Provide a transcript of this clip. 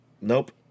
Nope